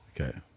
Okay